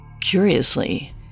Curiously